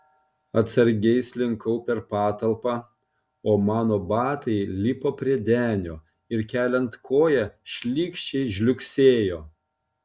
atsargiai slinkau per patalpą o mano batai lipo prie denio ir keliant koją šlykščiai žliugsėjo